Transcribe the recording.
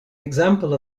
example